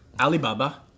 Alibaba